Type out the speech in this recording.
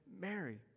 Mary